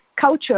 culture